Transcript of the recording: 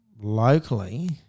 locally